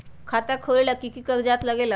खाता खोलेला कि कि कागज़ात लगेला?